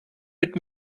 mit